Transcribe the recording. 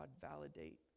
validate